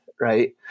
right